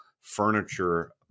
furniture